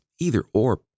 either-or